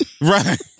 right